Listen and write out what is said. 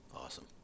awesome